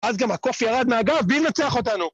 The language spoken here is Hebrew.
אז גם הקוף ירד מהגב בלי לנצח אותנו